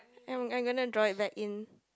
I'm I'm gonna draw it like in